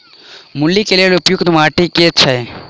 मूली केँ लेल उपयुक्त माटि केँ छैय?